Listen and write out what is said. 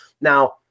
now